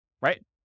right